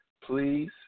please